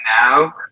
now